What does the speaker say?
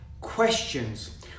questions